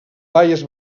baies